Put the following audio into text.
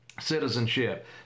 citizenship